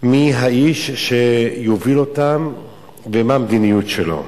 מי האיש שיוביל אותם ומה המדיניות שלו.